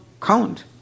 count